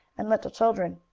and little children.